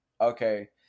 okay